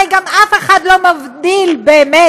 הרי גם אף אחד לא מבדיל באמת,